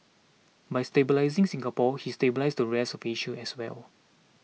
by stabilising Singapore he stabilised the rest of Asia as well